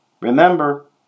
remember